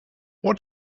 what